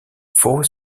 four